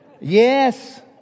Yes